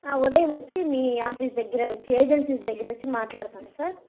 ఉదయం వచ్చి మీ ఆఫీస్ దగ్గరకి వచ్చి ఏజెన్సీ దగ్గరకి వచ్చి మాట్లాడుతాను సార్